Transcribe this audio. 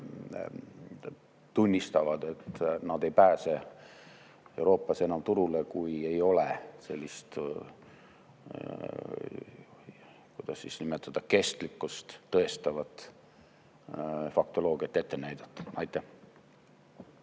tunnistavad, et nad ei pääse Euroopas enam turule, kui ei ole sellist, kuidas nimetada, kestlikkust tõestavat faktoloogiat ette näidata. Siim